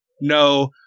no